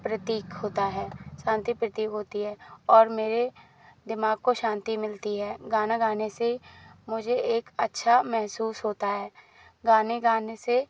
प्रतीक होता है शांति प्रतीक होती है और मेरे दिमाग को शांति मिलती है गाना गाने से मुझे एक अच्छा महसूस होता है गाने गाने से